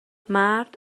مرد